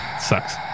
sucks